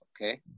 okay